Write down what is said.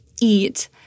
eat